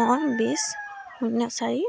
মই বিছ শূন্য চাৰি